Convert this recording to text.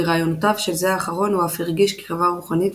לרעיונותיו של זה האחרון הוא אף הרגיש קרבה רוחנית,